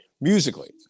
musically